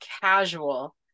casual